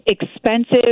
expensive